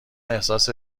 احساس